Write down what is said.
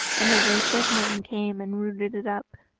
and a race of men came and rooted it up.